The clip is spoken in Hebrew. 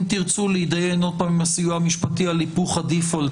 אם תרצו להתדיין שוב עם הסיוע המשפטי על היפוך הדיפולט,